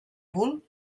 bull